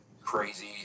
Crazy